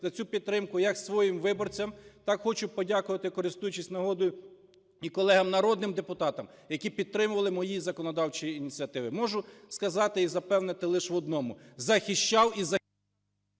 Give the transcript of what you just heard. за цю підтримку як своїм виборцям, так хочу подякувати, користуючись нагодою, і колегам народним депутатам, які підтримували мої законодавчі ініціативи. Можу сказати і запевнити лиш в одному: захищав і захищаю…